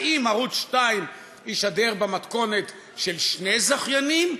האם ערוץ 2 ישדר במתכונת של שני זכיינים,